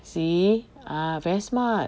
see ah very smart right